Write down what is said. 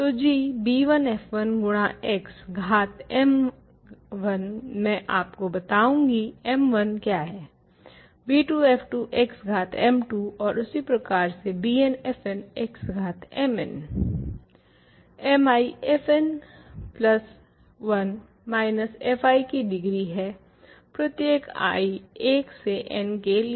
तो g b1f1 गुणा x घात m1 मैं आपको बताउंगी m1 क्या है b2f2 x घात m2 ओर इसी प्रकार से bnfn x घात mn mi fn plus 1 minus fi की डिग्री है प्रत्येक i 1 से n के लिए